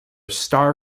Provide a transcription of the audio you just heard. star